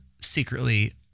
secretly